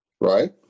right